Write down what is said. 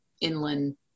inland